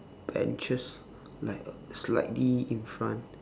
benches like slightly in front